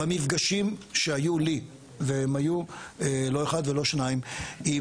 במפגשים שהיו לי והם היו לא אחד ולא שניים עם